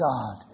God